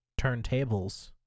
turntables